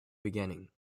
beginning